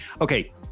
Okay